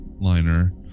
liner